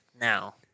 now